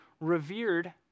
revered